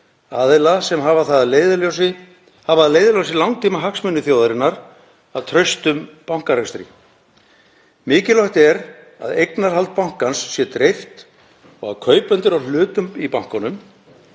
aðila sem hafa að leiðarljósi langtímahagsmuni þjóðarinnar af traustum bankarekstri. Mikilvægt er að eignarhald bankans sé dreift og að kaupendur á hlutum í bankanum